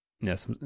Yes